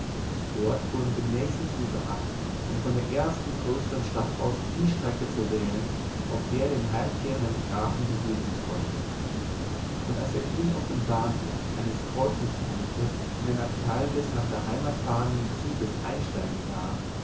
dort fuhr er mit dem nächsten zuge ab um von der ersten größeren stadt aus die strecke zu wählen auf der er dem heimkehrenden grafen begegnen konnte und als er ihn auf dem bahnhof eines kreuzungspunktes in ein abteil des nach der heimat fahrenden zuges einsteigen sah